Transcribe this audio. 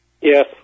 Yes